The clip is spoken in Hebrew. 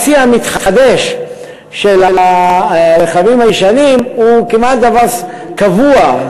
הצי המתחדש של הרכבים הישנים הוא כמעט דבר קבוע,